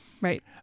right